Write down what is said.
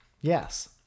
yes